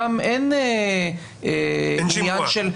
שם אין שימוע,